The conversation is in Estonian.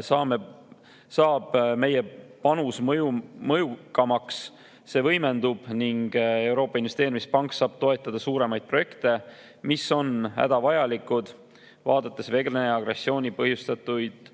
saab meie panus mõjukamaks, see võimendub. Euroopa Investeerimispank saab toetada suuremaid projekte, mis on hädavajalik, vaadates Vene agressiooni põhjustatud